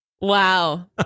wow